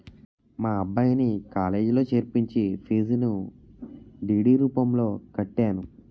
మా అబ్బాయిని కాలేజీలో చేర్పించి ఫీజును డి.డి రూపంలో కట్టాను